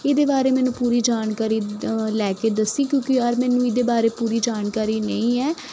ਇਹਦੇ ਬਾਰੇ ਮੈਨੂੰ ਪੂਰੀ ਜਾਣਕਾਰੀ ਲੈ ਕੇ ਦੱਸੀ ਕਿਉਂਕਿ ਯਾਰ ਮੈਨੂੰ ਇਹਦੇ ਬਾਰੇ ਪੂਰੀ ਜਾਣਕਾਰੀ ਨਹੀਂ ਹੈ